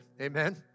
Amen